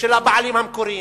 של הבעלים המקוריים.